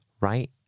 Right